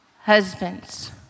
Husbands